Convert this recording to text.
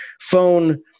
phone